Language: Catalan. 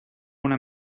una